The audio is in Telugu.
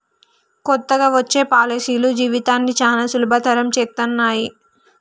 కొత్తగా వచ్చే పాలసీలు జీవితాన్ని చానా సులభతరం చేత్తన్నయి